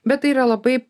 bet tai yra labai